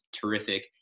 terrific